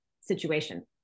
situation